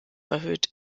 erhöht